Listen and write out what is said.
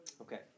Okay